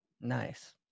nice